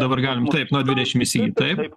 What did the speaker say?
dabar galim taip nuo dvidešim įsigyt taip